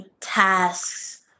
tasks